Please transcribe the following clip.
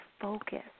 focus